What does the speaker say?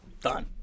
done